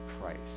Christ